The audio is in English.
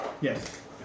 Yes